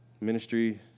Ministry